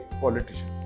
politician